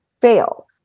fail